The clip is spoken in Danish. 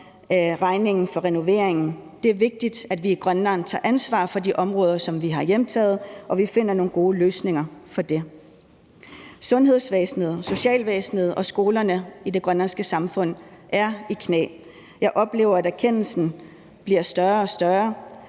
regningen for renoveringen. Det er vigtigt, at vi i Grønland tager ansvar for de områder, som vi har hjemtaget, og at vi finder nogle gode løsninger for det. Sundhedsvæsenet og socialvæsenet og skolerne i det grønlandske samfund er i knæ. Jeg oplever, at erkendelsen bliver større og større.